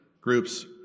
groups